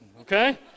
okay